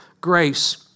grace